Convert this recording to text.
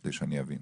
כדי שאני אבין.